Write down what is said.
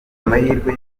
amahirwe